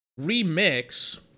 remix